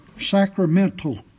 sacramental